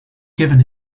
given